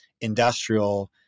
industrial